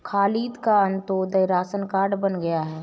खालिद का Antyodaya ration card बन गया है